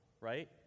right